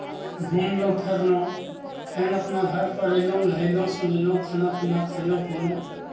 घुमलहुँ फिरलहुँ फेन अपना घरपर अयलहुँ नहयलहुँ सुनयलहुँ खाना पीना खयलहुँ पीलहुँ